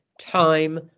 time